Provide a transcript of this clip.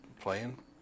playing